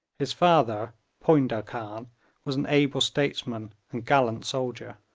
his father poyndah khan was an able statesman and gallant soldier.